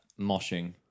moshing